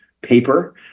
paper